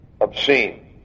obscene